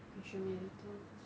you show me later